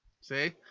See